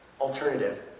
alternative